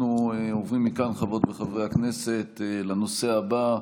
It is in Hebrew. אנחנו עוברים מכאן, חברות וחברי הכנסת, לנושא הבא,